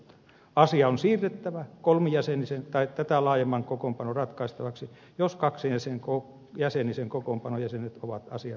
asia on siirrettävä kolmijäsenisen tai tätä laajemman kokoonpanon ratkaistavaksi jos kaksijäsenisen kokoonpanon jäsenet ovat asian ratkaisemisesta eri mieltä